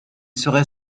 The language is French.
serait